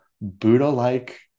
buddha-like